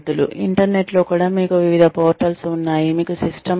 ఇంటర్నెట్లో కూడా మీకు వివిధ పోర్టల్స్ ఉన్నాయి మీకు సిస్టమ్లు ఉన్నాయి